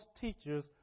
teachers